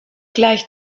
gleich